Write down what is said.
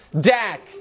Dak